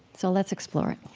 so let's explore it.